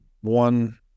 one